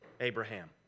Abraham